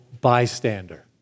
bystander